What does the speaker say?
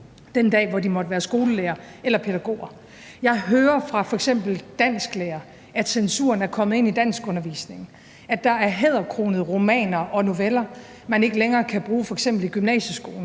den dag, hvor de måtte være skolelærere eller pædagoger. Jeg hører fra f.eks. dansklærere, at censuren er kommet ind i danskundervisningen, at der er hæderkronede romaner og noveller, man ikke længere kan bruge f.eks. i gymnasieskolen,